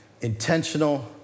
intentional